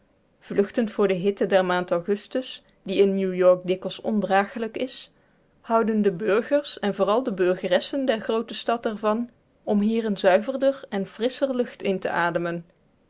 vluchtend voor de hitte der maand augustus die in new-york dikwijls ondragelijk is houden de burgers en vooral de burgeressen der groote stad er van om hier een zuiverder en frisscher lucht in te ademen